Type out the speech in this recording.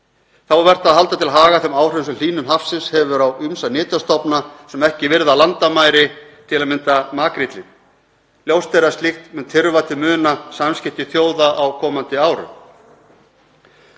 Þá er vert að halda til haga þeim áhrifum sem hlýnun hafsins hefur á ýmsa nytjastofna sem ekki virða landamæri, til að mynda makríllinn. Ljóst er að slíkt mun tyrfa til muna samskipti þjóða á komandi árum.